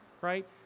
right